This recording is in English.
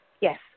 Yes